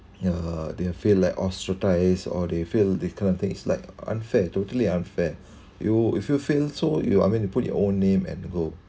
uh they feel like ostracised or they feel that kind of thing is like unfair totally unfair you if you feel so you are meant to put your own name and people